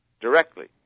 directly